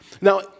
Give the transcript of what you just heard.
Now